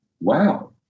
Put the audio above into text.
Wow